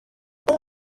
اون